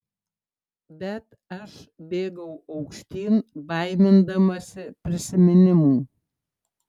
bet aš bėgau aukštyn baimindamasi prisiminimų